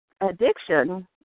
addiction